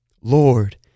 Lord